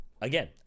again